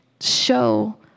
show